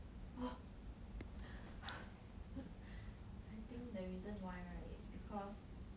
I think the reason why right is because